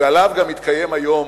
שעליו גם התקיים היום